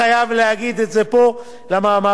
כי המאבק הזה נמשך שלוש שנים,